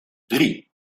drie